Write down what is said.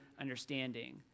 understanding